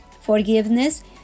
Forgiveness